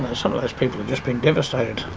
some of those people have just been devastated.